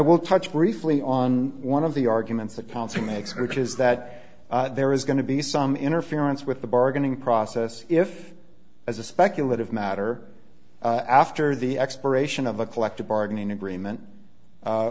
will touch briefly on one of the arguments that consing makes which is that there is going to be some interference with the bargaining process if as a speculative matter after the expiration of a collective bargaining agreement